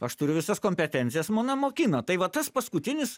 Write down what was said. aš turiu visas kompetencijas mane mokina tai va tas paskutinis